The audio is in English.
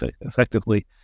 effectively